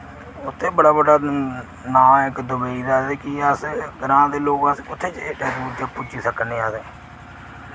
उत्थै बड़ा बड्डा नां ऐ इक दुबई दा ते कि अस ग्रां दे लोक अस कुत्थैं एड्डे दूर पुज्जी सकने अस